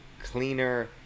cleaner